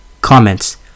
Comments